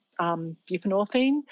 buprenorphine